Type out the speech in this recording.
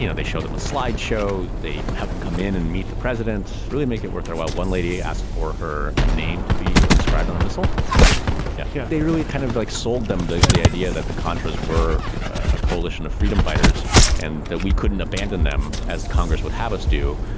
you know they show them a slide show. they haven't come in and meet the president, really make it worth their while. one lady asked for her name to be inscribed on a missile. that's beautiful. yeah, yeah they really kind of like sold them the the idea that the contras were a coalition of freedom fighters and that we couldn't abandon them as congress would have us do,